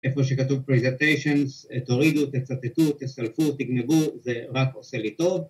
‫איפה שכתוב פרסטנטיישן, ‫תורידו, תצטטו, תסלפו, תגנבו, ‫זה רק עושה לי טוב.